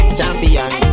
Champion